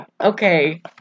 Okay